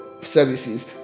services